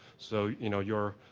so you know you are